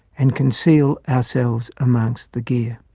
and conceal ourselves amongst the gear.